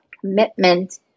commitment